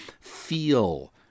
feel